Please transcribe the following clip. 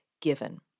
given